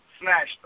smashed